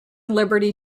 liberty